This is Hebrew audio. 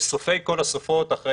בסופי כל הסופים, אחרי